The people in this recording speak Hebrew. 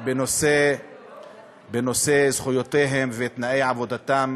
בנושא זכויותיהם ותנאי עבודתם